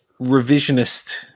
revisionist